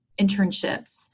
internships